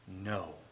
no